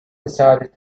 decided